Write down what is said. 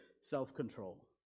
self-control